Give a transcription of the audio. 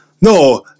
No